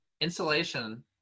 insulation